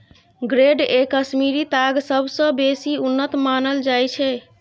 grade A Kashmiri ताग सबसँ बेसी उन्नत मानल जाइ छै